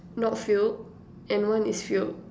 not filled and one is filled